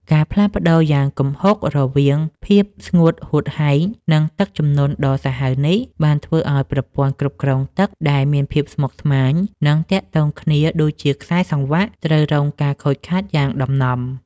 ការផ្លាស់ប្តូរយ៉ាងគំហុករវាងភាពស្ងួតហួតហែង និងទឹកជំនន់ដ៏សាហាវនេះ បានធ្វើឱ្យប្រព័ន្ធគ្រប់គ្រងទឹកដែលមានភាពស្មុគស្មាញ និងទាក់ទងគ្នាដូចជាខ្សែសង្វាក់ ត្រូវរងការខូចខាតយ៉ាងដំណំ។